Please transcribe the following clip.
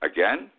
Again